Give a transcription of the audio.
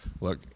look